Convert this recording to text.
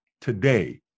today